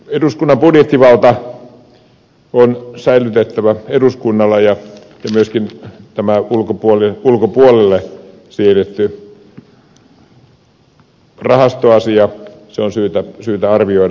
eduskunnan budjettivalta on säilytettävä eduskunnalla ja myöskin tämä ulkopuolelle siirretty rahastoasia on syytä arvioida